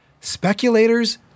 speculators